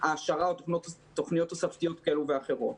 העשרה או תוכניות תוספתיות כאלה ואחרות.